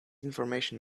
information